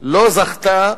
לא זכתה